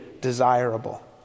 desirable